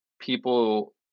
people